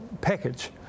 package